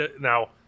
Now